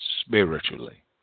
spiritually